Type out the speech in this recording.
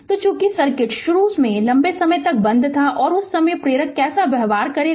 तो चूंकि सर्किट शुरू में लंबे समय तक बंद था और उस समय प्रेरक कैसे व्यवहार करेगा